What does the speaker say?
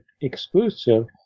exclusive